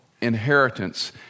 inheritance